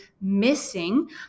missing